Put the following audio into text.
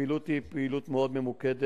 הפעילות היא פעילות מאוד ממוקדת,